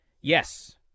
Yes